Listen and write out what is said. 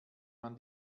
man